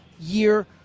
year